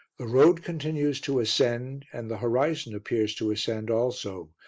the road continues to ascend and the horizon appears to ascend also,